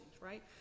right